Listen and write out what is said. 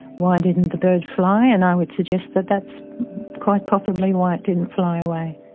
why didn't the bird fly? and i would suggest that that's quite possibly why it didn't fly away,